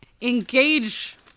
engage